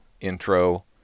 intro